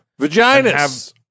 Vaginas